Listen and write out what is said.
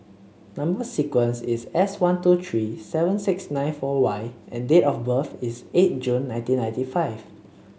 number sequence is S one two three seven six nine four Y and date of birth is eight June nineteen ninety five